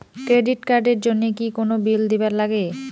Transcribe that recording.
Credit card এর জন্যে কি কোনো বিল দিবার লাগে?